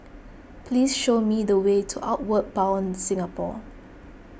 please show me the way to Outward Bound Singapore